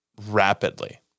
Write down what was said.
rapidly